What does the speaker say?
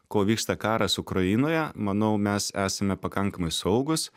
kol vyksta karas ukrainoje manau mes esame pakankamai saugūs